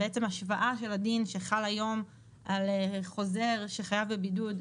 בעצם השוואה של הדין שחל היום על חוזר שחייב בבידוד,